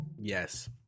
Yes